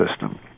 system